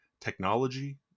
technology